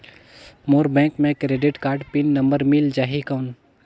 मोर bank मे credit card pin number मिल जाहि कौन?